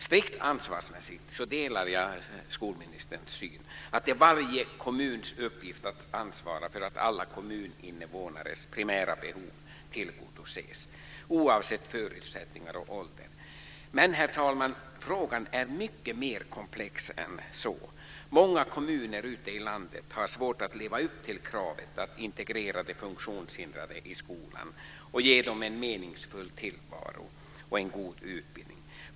Strikt ansvarsmässigt delar jag skolministerns syn att det är varje kommuns uppgift att ansvara för att alla kommuninvånares primära behov tillgodoses, oavsett förutsättningar och ålder. Men, herr talman, frågan är mycket mer komplex än så. Många kommuner ute i landet har svårt att leva upp till kravet att integrera de funktionshindrade i skolan och ge dem en meningsfull tillvaro och en god utbildning.